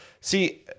see